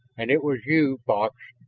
and it was you, fox,